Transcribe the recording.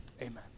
amen